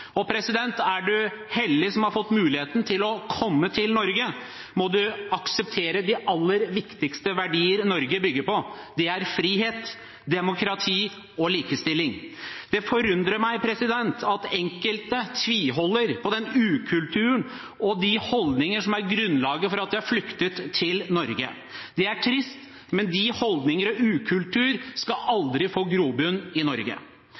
Er en heldig og har fått muligheten til å komme til Norge, må en akseptere de aller viktigste verdiene Norge bygger på. Det er frihet, demokrati og likestilling. Det forundrer meg at enkelte tviholder på den ukulturen og de holdningene som er grunnlaget for at de har flyktet til Norge. Det er trist, men de holdningene og den ukulturen skal aldri få grobunn i Norge.